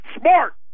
smart